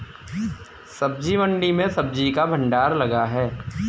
सब्जी मंडी में सब्जी का भंडार लगा है